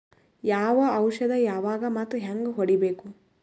ಯಾವ ಔಷದ ಯಾವಾಗ ಮತ್ ಹ್ಯಾಂಗ್ ಹೊಡಿಬೇಕು?